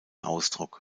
ausdruck